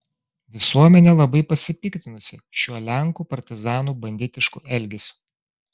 visuomenė labai pasipiktinusi šiuo lenkų partizanų banditišku elgesiu